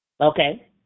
okay